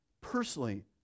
personally